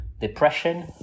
depression